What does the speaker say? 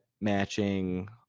matching